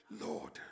Lord